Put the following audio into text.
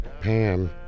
Pam